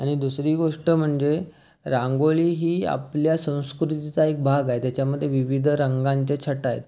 आणि दुसरी गोष्ट म्हणजे रांगोळीही आपल्या संस्कृतीचा एक भाग आहे त्याच्यामध्ये विविध रंगांच्या छटा आहेत